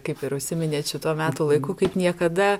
kaip ir užsiminėt šituo metų laiku kaip niekada